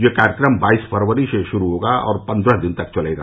यह कार्यक्रम बाईस फरवरी से शुरू होगा और पन्द्रह दिन तक चलेगा